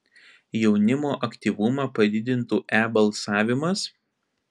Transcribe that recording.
jaunimo aktyvumą padidintų e balsavimas